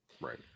Right